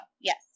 yes